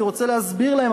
אני רוצה להסביר להם,